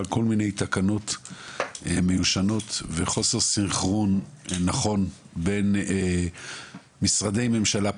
כל מיני תקנות מיושנות וחוסר סנכרון נכון בין משרדי ממשלה,